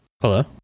Hello